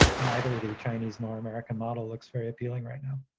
neither the chinese nor american model looks very appealing right now